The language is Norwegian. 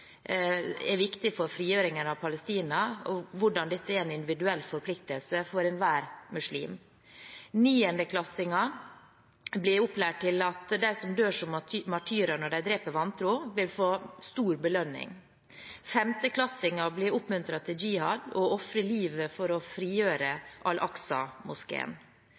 er viktig for frigjøringen av Palestina, og hvordan dette er en individuell forpliktelse for enhver muslim. Niendeklassinger blir opplært til at de som dør som martyrer når de dreper vantro, vil få stor belønning. Femteklassinger blir oppmuntret til jihad og til å ofre livet for å frigjøre